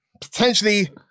potentially